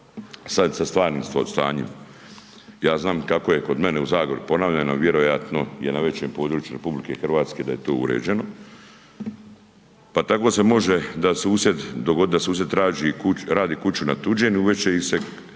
sad sa stvarnim stanjem. Ja znam kako je kod mene u Zagori, ponavljam, a vjerojatno je na većem području RH da je to uređeno, pa tako se može da susjed, dogodit da susjed radi